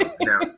now